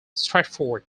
stratford